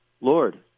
Lord